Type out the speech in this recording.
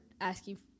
asking